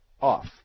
off